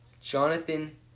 Jonathan